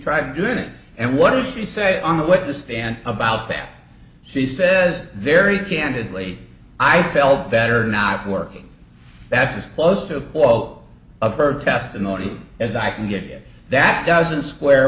tried doing it and what does she say on the witness stand about that she says very candidly i felt better not working that's as close to all of her testimony as i can get that doesn't square